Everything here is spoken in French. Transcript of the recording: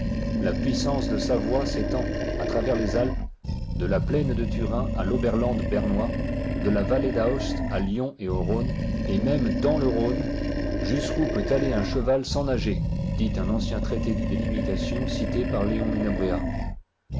la puissance de savoie s'étend à travers les alpes de la plaine de turin à l'oberland bernois de la vallée d'aoste à lyon et au rhône et même dans le rhône jusqu'où peut aller un cheval sans nager dit un ancien traité de délimitation cité par léon